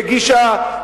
היא הגישה,